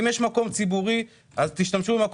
אם יש מקום ציבורי, תשתמשו בו.